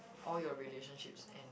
all your relationships end